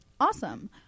Awesome